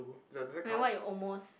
and what you almost